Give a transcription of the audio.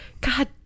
God